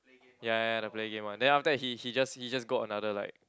ya ya ya the play game one then after that he he just he just got another like